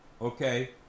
okay